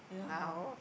yeah